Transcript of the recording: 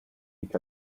each